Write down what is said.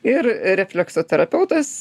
ir refleksoterapeutas